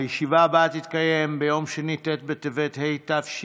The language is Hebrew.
הישיבה הבאה תתקיים ביום שני, ט' בטבת התשפ"ב,